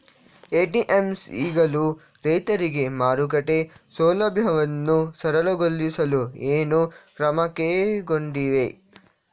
APMC ಗಳು ರೈತರಿಗೆ ಮಾರುಕಟ್ಟೆ ಸೌಲಭ್ಯವನ್ನು ಸರಳಗೊಳಿಸಲು ಏನು ಕ್ರಮ ಕೈಗೊಂಡಿವೆ?